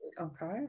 okay